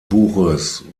buches